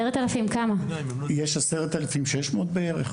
10,000?) יש 10,600 בערך.